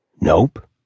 Nope